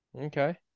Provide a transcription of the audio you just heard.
Okay